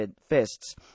fists